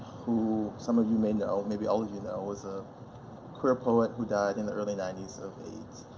who some of you may know maybe all of you know was a career poet who died in the early ninety s of aids.